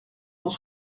pour